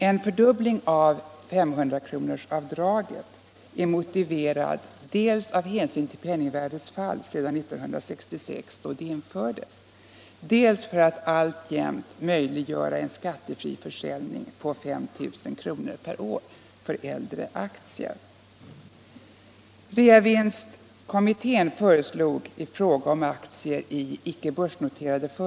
En fördubbling av 500-kronorsavdraget är motiverat dels med hänsyn till penningvärdets fall sedan 1966 då det infördes, dels för att alltjämt möjliggöra en skattefri försäljning av äldre aktier för 5 000 kr. per år.